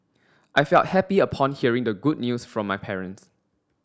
I felt happy upon hearing the good news from my parents